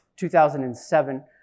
2007